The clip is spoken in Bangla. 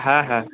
হ্যাঁ হ্যাঁ